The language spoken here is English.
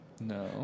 No